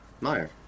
Meyer